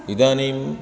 इदानीं